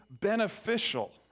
beneficial